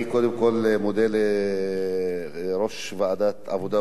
אני קודם כול מודה ליושב-ראש ועדת העבודה,